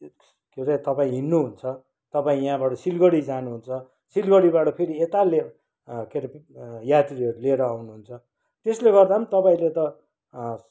के अरे तपाईँ हिँड्नुहुन्छ तपाईँ यहाँबाट सिलगढी जानुहुन्छ सिलगढीबाट फेरि यता लिएर के अरे यात्रीहरू लिएर आउनुहुन्छ त्यसले गर्दा पनि तपाईँले त